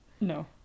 no